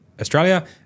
Australia